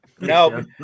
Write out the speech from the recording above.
No